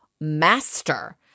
master